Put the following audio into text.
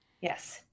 Yes